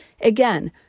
Again